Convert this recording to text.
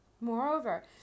Moreover